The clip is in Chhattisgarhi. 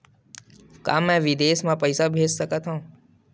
का मैं विदेश म पईसा भेज सकत हव?